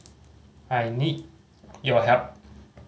I need your help